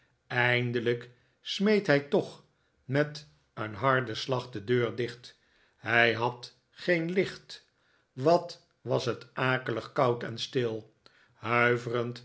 eindelijk smeet hij toch met een harden slag de deur dicht hij had geen licht wat was het akelig koud en stil huiverend